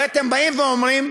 הרי אתם באים ואומרים,